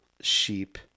sheep